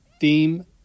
theme